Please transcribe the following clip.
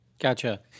Gotcha